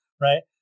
right